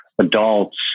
adults